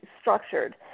structured